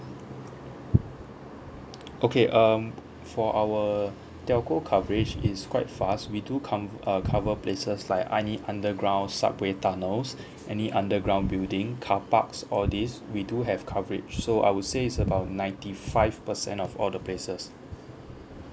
okay um for our telco coverage is quite fast we do come uh cover places like underground subway tunnels any underground building carparks all this we do have coverage so I would say is about ninety five percent of all the places